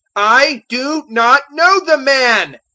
i do not know the man.